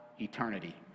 eternity